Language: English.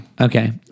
Okay